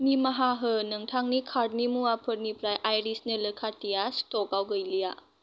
निमाहा हो नोंथांनि कार्टनि मुवाफोरनिफ्राय आइरिस नोलो खाथिया स्ट'कआव गैलिया